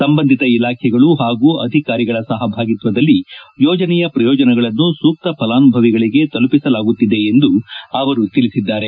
ಸಂಬಂಧಿತ ಇಲಾಖೆಗಳು ಹಾಗೂ ಅಧಿಕಾರಿಗಳ ಸಹಭಾಗಿತ್ತದಲ್ಲಿ ಯೋಜನೆಯ ಪ್ರಯೋಜನಗಳನ್ನು ಸೂಕ್ತ ಫಲಾನುಭವಿಗಳಿಗೆ ತಲುಪಿಸಲಾಗುತ್ತಿದೆ ಎಂದು ಅವರು ತಿಳಿಸಿದ್ದಾರೆ